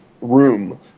room